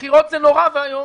בחירות זה נורא ואיום,